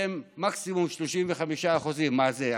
אתם מקסימום 35%. מה זה?